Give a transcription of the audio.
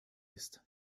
ist